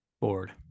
board